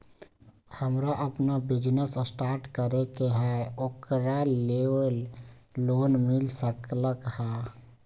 हमरा अपन business start करे के है ओकरा लेल लोन मिल सकलक ह?